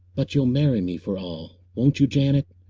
but you'll marry me for all, won't you, janet?